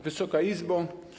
Wysoka Izbo!